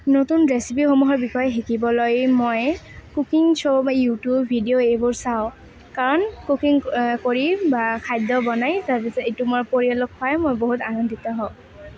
নতুন ৰেচিপিসমূহৰ বিষয়ে শিকিবলৈ মই কুকিং শ্ব' বা ইউটিউবৰ ভিডিঅ' এইবোৰ চাওঁ কাৰণ কুকিং কৰি খাদ্য বনাই তাৰপিছত এইটো মই পৰিয়ালক খুৱাই মই বহুত আনন্দিত হওঁ